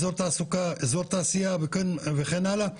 אזור תעשייה וכן הלאה,